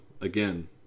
again